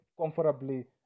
comfortably